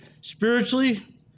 Spiritually